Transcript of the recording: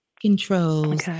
controls